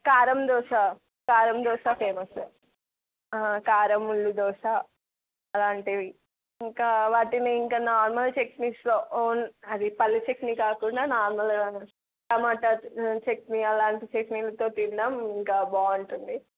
కారం దోశ కారం దోశ ఫేమసు కారం ఉల్లి దోశ అలాంటివి ఇంకా వాటిని ఇంకా నార్మల్ చట్నీస్లో అది పల్లి చట్నీ కాకుండా నార్మల్గా టమాటా చె చట్నీ అలాంటి తినడం ఇంకా బాగుంటుంది